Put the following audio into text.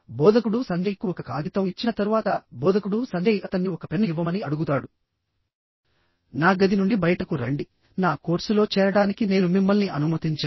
బోధకుడు సంజయ్కు ఒక కాగితం ఇచ్చిన తరువాత బోధకుడు సంజయ్ అతన్ని ఒక పెన్ను ఇవ్వమని అడుగుతాడు నా గది నుండి బయటకు రండి నా కోర్సులో చేరడానికి నేను మిమ్మల్ని అనుమతించను